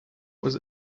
was